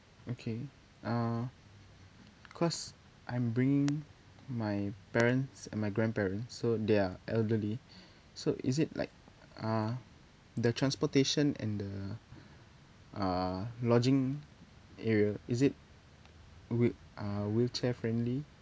okay uh cause I'm bringing my parents and my grandparents so they are elderly so is it like uh the transportation and the uh lodging area is it wheel~ err wheelchair friendly